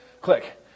Click